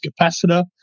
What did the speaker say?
capacitor